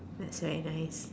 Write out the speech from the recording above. that's very nice